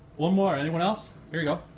one more, anyone else, here we go.